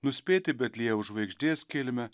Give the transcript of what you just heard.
nuspėti betliejaus žvaigždės kilmę